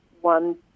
one